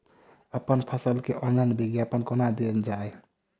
अप्पन फसल केँ ऑनलाइन विज्ञापन कोना देल जाए?